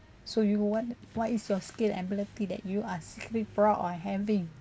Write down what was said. so you what what is your skill ability that you are secretly proud of having